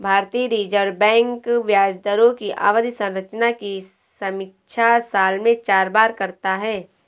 भारतीय reserve bank ब्याज दरों की अवधि संरचना की समीक्षा साल में चार बार करता है